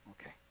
Okay